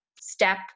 step